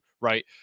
right